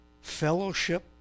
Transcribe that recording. fellowship